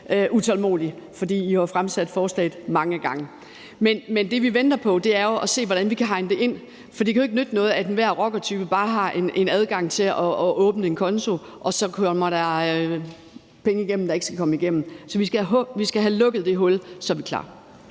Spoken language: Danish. utålmodig, for I har jo fremsat forslaget mange gange. Men det, vi venter på, er jo at se, hvordan vi kan hegne det ind, for det kan jo ikke nytte noget, at enhver rockertype bare har adgang til at åbne en konto, og så kommer der penge igennem, der ikke skal komme igennem. Så vi skal have lukket det hul, og så er vi klar.